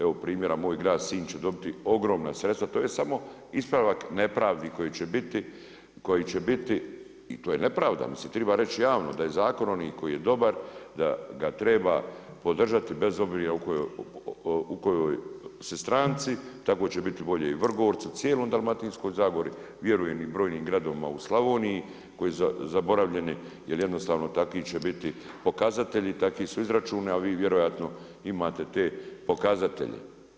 Evo primjera moj grad Sinj će dobiti ogromna sredstva, to je samo ispravak nepravdi koji će se biti i to je nepravda, mislim treba reći javno da je zakon onaj koji je dobar, da ga treba podržati bez obzira u kojoj si stranci, tako će biti bolje i Vrgorcu, cijeloj Dalmatinskoj zagori, vjerujem i brojnim gradovima u Slavoniji koji su zaboravljeni jer jednostavno takvi će biti pokazatelji, takvi su izračuni a vi vjerojatno imate te pokazatelje.